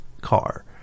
car